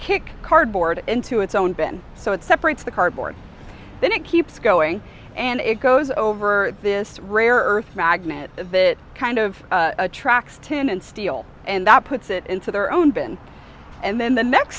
kick cardboard into its own been so it separates the cardboard then it keeps going and it goes over this rare earth magnets that kind of attracts tin and steel and that puts it into their own bin and then the next